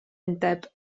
undeb